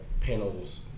panels